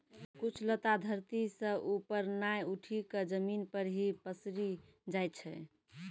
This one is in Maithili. कुछ लता धरती सं ऊपर नाय उठी क जमीन पर हीं पसरी जाय छै